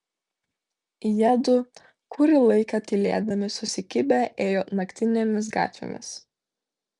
jiedu kurį laiką tylėdami susikibę ėjo naktinėmis gatvėmis